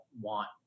want